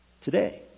Today